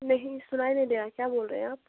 नहीं सुनाई नहीं दे रहा क्या बोल रहे आप